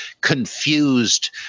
confused